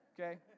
okay